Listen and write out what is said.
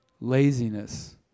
laziness